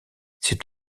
c’est